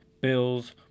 Bills